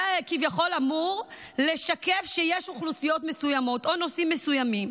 זה כביכול אמור לשקף שיש אוכלוסיות מסוימות או נושאים מסוימים